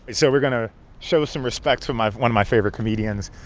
so we're going to show some respect to my one of my favorite comedians.